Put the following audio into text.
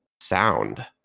sound